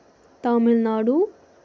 Tamil Nadu